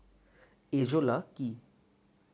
Azolla কি?